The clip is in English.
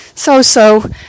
So-so